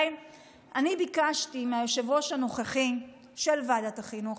אני ביקשתי מהיושב-ראש הנוכחי של ועדת החינוך,